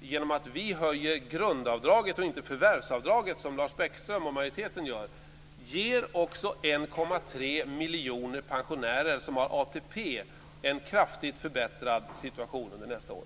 ger också, genom att vi höjer grundavdraget och inte förvärvsavdraget som Lars Bäckström och majoriteten gör, 1,3 miljoner pensionärer som har ATP en kraftigt förbättrad situation under nästa år.